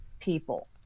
people